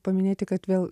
paminėti kad vėl